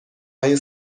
های